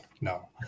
no